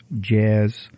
jazz